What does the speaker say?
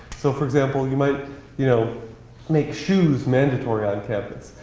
so for example, you might you know make shoes mandatory on campus.